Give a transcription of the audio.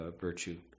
virtue